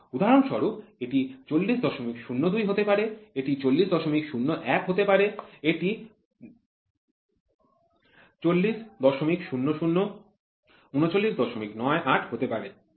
উদাহরণস্বরূপ এটি ৪০০২ হতে পারে এটি ৪০০১ হতে পারে এটি ৪০০০ ৩৯৯৮ হতে পারে ঠিক আছে